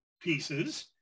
pieces